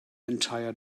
entire